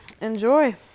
enjoy